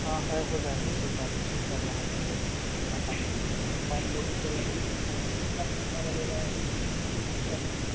हाँ है हो जाएगा कोई बात नहीं सब वहाँ पर मिलेगा पहले आप आइए आप लोग चले आइए सब सुविधा मिलेगा यहाँ अच्छे से